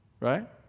Right